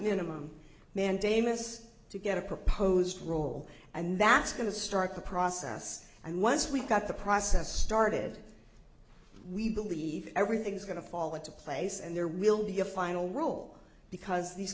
minimum mandamus to get a proposed role and that's going to start the process and once we've got the process started we believe everything's going to fall into place and there will be a final role because these